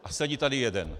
A sedí tady jeden.